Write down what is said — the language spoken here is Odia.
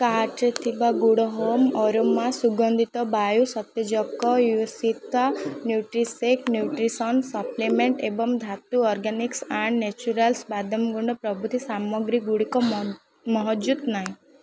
କାର୍ଟ୍ରେ ଥିବା ଗୁଡ଼ ହୋମ୍ ଅରୋମା ସୁଗନ୍ଧିତ ବାୟୁ ସତେଜକ ୟୋସ୍ଵିତା ନ୍ୟୁଟ୍ରିଶେକ୍ ନ୍ୟୁଟ୍ରିସନ୍ ସପ୍ଲିମେଣ୍ଟ୍ ଏବଂ ଧାତୁ ଅର୍ଗାନିକ୍ସ ଆଣ୍ଡ୍ ନେଚୁରାଲ୍ସ ବାଦାମ ଗୁଣ୍ଡ ପ୍ରଭୃତି ସାମଗ୍ରୀ ଗୁଡ଼ିକ ମହଜୁଦ ନାହିଁ